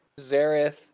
Zareth